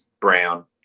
Brown